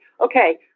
okay